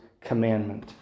commandment